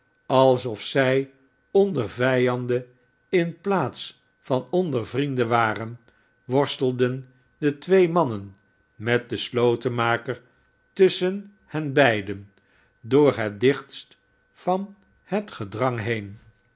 alsof zij onder vijanden in plaats van onder vrienden waren worstelden de twee mannen met ien slotenmaker tusschen hen beiden door het dichtst van het gedrang heen